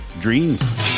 dreams